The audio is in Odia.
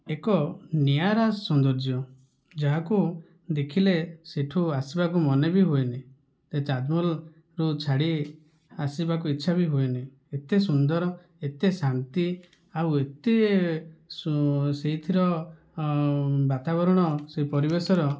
ଏକ ନିଆରା ସୌନ୍ଦର୍ଯ୍ୟ ଯାହାକୁ ଦେଖିଲେ ସେ'ଠୁ ଆସିବାକୁ ମନେ ବି ହୁଏନି ଏ ତାଜମହଲରୁ ଛାଡ଼ି ଆସିବାକୁ ଇଚ୍ଛା ବି ହୁଏନି ଏତେ ସୁନ୍ଦର ଏତେ ଶାନ୍ତି ଆଉ ଏତେ ସେଇଥିର ବାତାବରଣ ସେଇ ପରିବେଶର